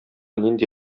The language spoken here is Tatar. нинди